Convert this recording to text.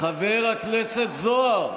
חבר הכנסת זוהר,